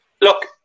Look